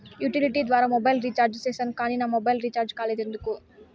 Utility ద్వారా mobile recharge సేసాను కానీ నా మొబైల్ రీచార్జి కాలేదు ఎందుకు?